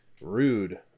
rude